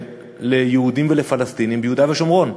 ליהודים ולפלסטינים ביהודה ושומרון,